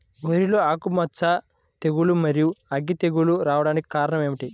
వరిలో ఆకుమచ్చ తెగులు, మరియు అగ్గి తెగులు రావడానికి కారణం ఏమిటి?